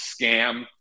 scam